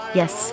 yes